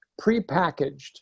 prepackaged